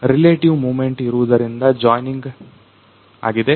relative movement ಇರುವುದರಿಂದ joining ಆಗಿದೆ